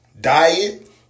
diet